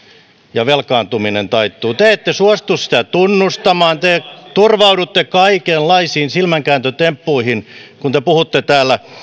ja velkaantuminen taittuu te ette suostu sitä tunnustamaan te turvaudutte kaikenlaisiin silmänkääntötemppuihin kun te puhutte täällä